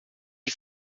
you